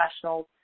professionals